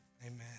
amen